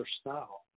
style